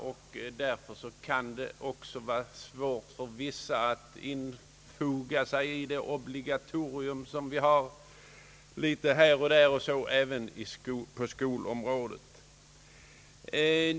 Det kan naturligtvis vara svårt för vissa att infoga sig i de obligatorier som finns litet här och där, även på skolans område.